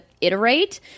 iterate